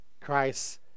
Christ